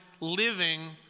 living